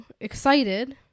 excited